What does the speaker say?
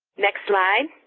next slide,